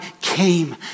came